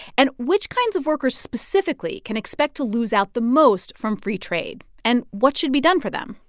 and which kinds of workers specifically can expect to lose out the most from free trade? and what should be done for them?